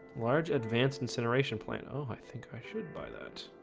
large advanced incineration plant. oh, i think i should buy that